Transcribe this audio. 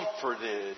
comforted